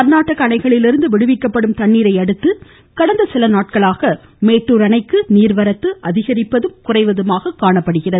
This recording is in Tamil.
கர்நாடக அணைகளிலிருந்து விடுவிக்கப்படும் தண்ணீரையடுத்து கடந்த சில நாட்களாக மேட்டுர் அணைக்கு நீர்வரத்து அதிகரிப்பதும் குறைவதுமாக காணப்படுகிறது